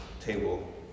table